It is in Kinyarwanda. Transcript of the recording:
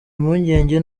impungenge